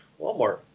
Walmart